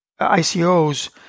ICOs